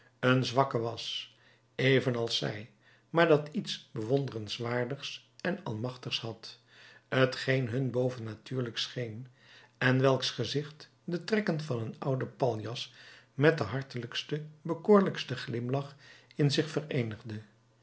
een zwakke was evenals zij maar dat iets bewonderenswaardigs en almachtigs had t geen hun bovennatuurlijk scheen en welks gezicht de trekken van een ouden paljas met den hartelijksten bekoorlijksten glimlach in zich vereenigde